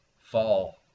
fall